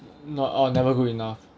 not oh never good enough